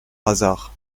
hasard